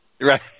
Right